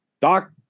Doc